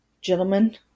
Gentlemen